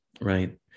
right